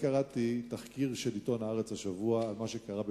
קראתי תחקיר של עיתון "הארץ" השבוע על מה שקרה במג"ב,